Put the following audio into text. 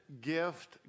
gift